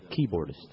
keyboardist